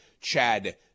Chad